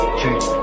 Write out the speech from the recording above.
church